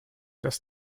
dass